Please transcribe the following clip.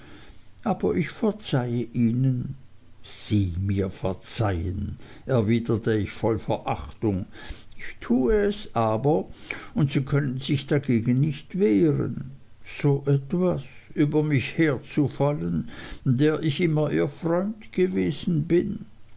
aber ich verzeihe ihnen sie mir verzeihen erwiderte ich voll verachtung ich tue es aber und sie können sich dagegen nicht wehren so etwas über mich herzufallen der ich immer ihr freund gewesen bin